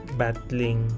battling